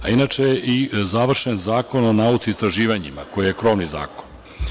A inače, završen je Zakon o nauci i istraživanjima, koji je krovni zakon.